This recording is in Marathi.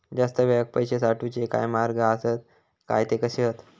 जास्त वेळाक पैशे साठवूचे काय मार्ग आसत काय ते कसे हत?